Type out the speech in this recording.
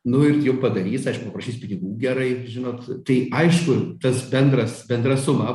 nu ir jum padarys aišku paprašys pinigų gerai žinot tai aišku tas bendras bendra suma